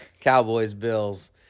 Cowboys-Bills